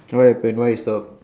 what happen why you stop